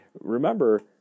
remember